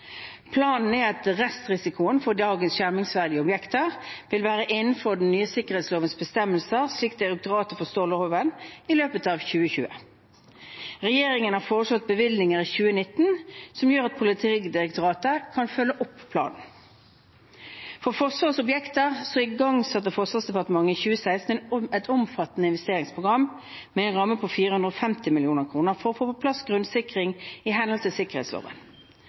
Planen er at restrisikoen for dagens skjermingsverdige objekter vil være innenfor den nye sikkerhetslovens bestemmelser, slik direktoratet forstår loven, i løpet av 2020. Regjeringen har foreslått bevilgninger for 2019 som gjør at Politidirektoratet kan følge opp planen. For Forsvarets objekter igangsatte Forsvarsdepartementet i 2016 et omfattende investeringsprogram med en ramme på 450 mill. kr for å få på plass grunnsikring i henhold til sikkerhetsloven.